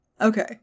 Okay